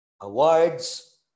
Awards